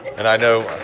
and i know.